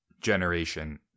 generation